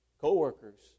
co-workers